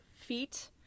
feet